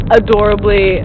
adorably